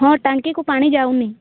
ହଁ ଟାଙ୍କିକୁ ପାଣି ଯାଉନି